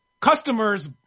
customers